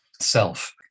self